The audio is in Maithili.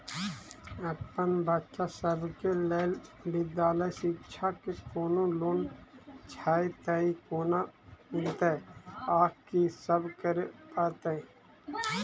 अप्पन बच्चा सब केँ लैल विधालय शिक्षा केँ कोनों लोन छैय तऽ कोना मिलतय आ की सब करै पड़तय